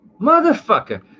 Motherfucker